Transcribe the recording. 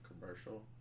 commercial